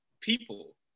people